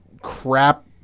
crap